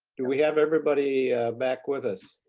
do we have everybody back with us?